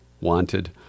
Wanted